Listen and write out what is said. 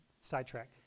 sidetrack